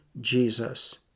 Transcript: Jesus